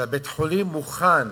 שבית-החולים מוכן